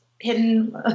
hidden